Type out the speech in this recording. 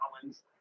Collins